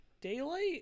Daylight